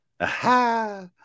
Aha